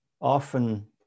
often